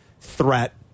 threat